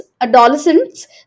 adolescents